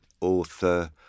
author